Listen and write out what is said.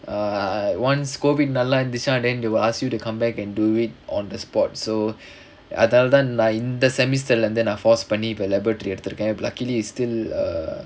err once COVID நல்லா இருந்துச்சா:nallaa irunthuchaa this [one] then they will ask you to come back and do it on the spot so அதாலதா இந்த:athaalathaa intha semester leh இருந்து நா:irunthu naa fast பண்ணி இப்ப:panni ippa laboratory எடுத்துருக்கேன்:eduthurukkaen luckily it's still err